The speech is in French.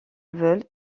veulent